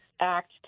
act